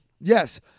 Yes